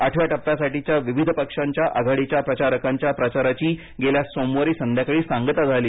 आठव्या टप्प्यासाठीच्या विविध पक्षांच्या आघाडीच्या प्रचारकांच्या प्रचाराची गेल्या सोमवारी संध्याकाळी सांगता झाली